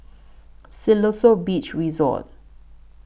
Siloso Beach Resort